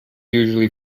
usually